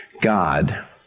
God